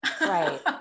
right